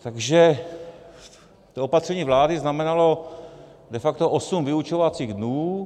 Takže to opatření vlády znamenalo de facto osm vyučovacích dnů.